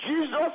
Jesus